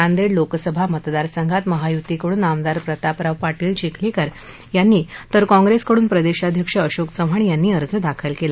नांदृष्टलोकसभा मतदार संघात महायुतीकडून आमदार प्रतापराव पाटील चिखलीकर यांनी तर काँग्रस्क्रेडून प्रदक्षाध्यक्ष अशोक चव्हाण यांनी अर्ज दाखल कला